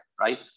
right